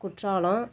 Courtallam